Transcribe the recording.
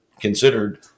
considered